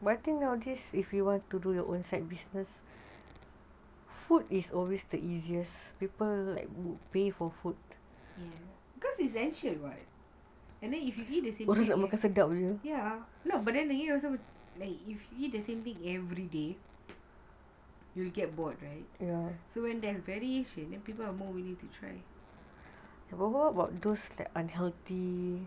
yes because it's essential [what] and then if you eat the same thing yes no but then they eat also like if you eat the same thing everyday you you get bored right yes so when there's variation then people are more willing to try